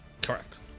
Correct